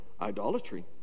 idolatry